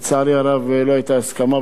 לצערי הרב לא היתה הסכמה,